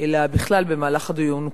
אלא בכלל במהלך הדיון כולו.